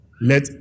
let